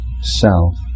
self